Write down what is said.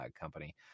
company